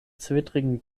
zwittrigen